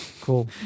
cool